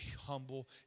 humble